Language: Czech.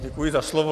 Děkuji za slovo.